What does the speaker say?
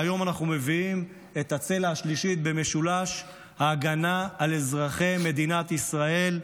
והיום אנחנו מביאים את הצלע השלישית במשולש ההגנה על אזרחי מדינת ישראל,